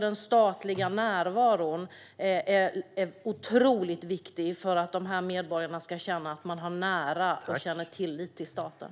Den statliga närvaron är otroligt viktig för att dessa medborgare ska känna närhet och tillit till staten.